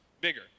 bigger